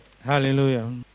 Hallelujah